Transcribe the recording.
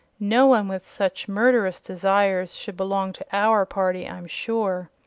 no one with such murderous desires should belong to our party, i'm sure.